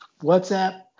WhatsApp